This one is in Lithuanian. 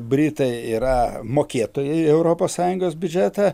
britai yra mokėtojai į europos sąjungos biudžetą